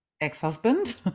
ex-husband